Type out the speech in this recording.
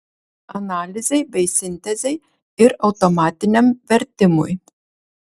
analizei bei sintezei ir automatiniam vertimui